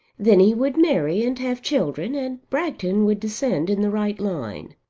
then he would marry and have children, and bragton would descend in the right line.